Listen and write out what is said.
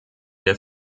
der